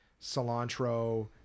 cilantro